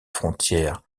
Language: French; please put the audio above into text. frontière